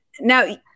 Now